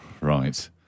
Right